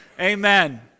Amen